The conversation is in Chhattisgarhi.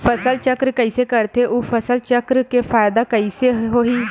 फसल चक्र कइसे करथे उ फसल चक्र के फ़ायदा कइसे से होही?